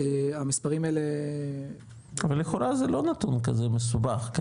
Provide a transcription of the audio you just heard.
המספרים האלה -- אבל לכאורה זה לא נתון כזה מסובך.